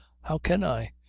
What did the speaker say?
how can i?